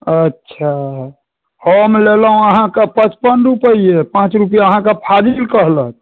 अच्छा हम लेलहुँ अहाँकेँ पचपन रुपिए पाँच रूपैआ अहाँकेँ फाजिल कहलक